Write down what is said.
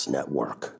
Network